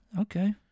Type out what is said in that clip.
okay